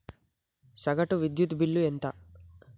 సగటు విద్యుత్ బిల్లు ఎంత?